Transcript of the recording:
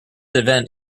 event